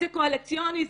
זה קואליציוני,